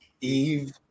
Eve